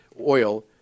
oil